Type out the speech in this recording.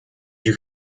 you